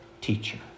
teacher